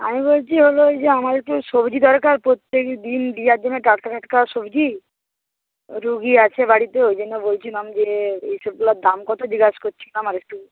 আমি বলছি হলো ওই যে আমার একটু সবজি দরকার প্রত্যেক দিন দেওয়ার জন্য টাটকা টাটকা সবজি রোগী আছে বাড়িতে ওই জন্য বলছিলাম যে এসবগুলোর দাম কত জিজ্ঞাসা করছিলাম আর একটু